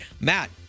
Matt